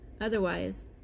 otherwise